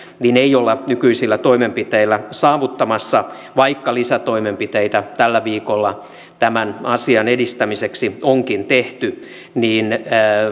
ei olla nykyisillä toimenpiteillä saavuttamassa vaikka lisätoimenpiteitä tällä viikolla tämän asian edistämiseksi onkin tehty